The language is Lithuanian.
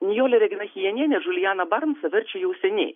nijolė regina chijenienė žulijaną baronsą verčia jau seniai